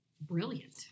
brilliant